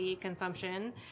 consumption